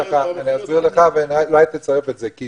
אני אסביר לך ואולי תצרף את זה, כי